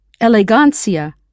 elegancia